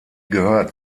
gehört